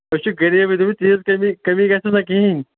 أسۍ چھِ غریٖبٕے دٔپِو تیٖژ کٔمی کٔمی گژھٮ۪س نہ کِہیٖنۍ